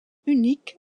unique